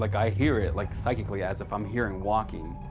like i hear it like psychically, as if i'm hearing walking,